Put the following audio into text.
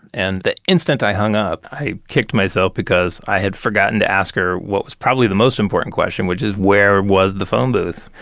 and the instant i hung up, i kicked myself because i had forgotten to ask her what was probably the most important question, which is, where was the phone booth?